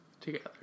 together